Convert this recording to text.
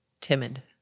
timid